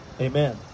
Amen